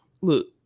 look